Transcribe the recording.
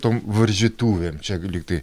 tom varžytuvėm čia lygtai